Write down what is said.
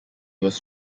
was